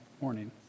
morning